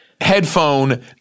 headphone